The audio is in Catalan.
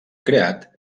creat